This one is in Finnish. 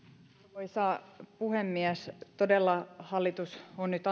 arvoisa puhemies todella valtioneuvosto on nyt